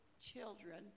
children